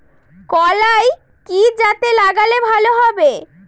কলাই কি জাতে লাগালে ভালো হবে?